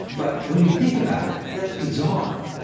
but when you think about it, that's bizarre.